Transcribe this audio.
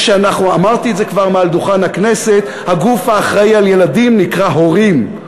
אמרתי את זה כבר על דוכן הכנסת: הגוף האחראי על ילדים נקרא הורים.